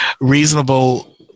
reasonable